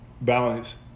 balance